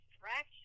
fraction